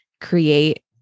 create